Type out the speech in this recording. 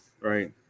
Right